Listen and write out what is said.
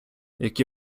які